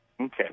Okay